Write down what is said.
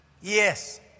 Yes